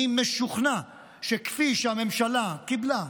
אני משוכנע, שכפי שהממשלה קיבלה,